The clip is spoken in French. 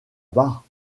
bas